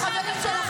לחברים שלך,